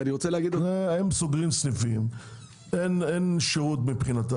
הם סוגרים סניפי ומבחינתם אין שירות,